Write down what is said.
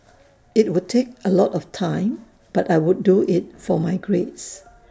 IT would take A lot of time but I would do IT for my grades